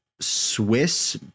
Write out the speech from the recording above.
swiss